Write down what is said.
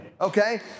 Okay